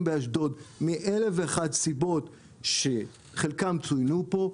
באשדוד מאלף ואחת סיבות שחלקן צוינו כאן,